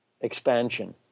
expansion